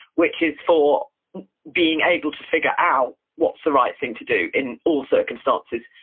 which is for being able to figure out what's the right thing to do in all circumstances.